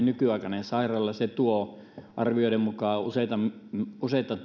nykyaikainen sairaala joka tuo arvioiden mukaan useita useita